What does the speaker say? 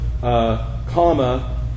comma